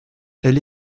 elle